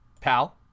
Pal